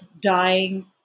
dying